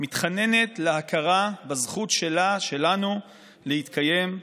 מתחננת להכרה בזכות שלה-שלנו להתקיים,